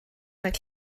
rhag